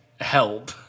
help